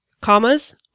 Commas